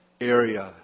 area